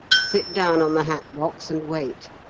sit down on the hat-box and wait.